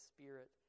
Spirit